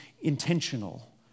intentional